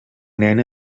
nena